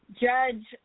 judge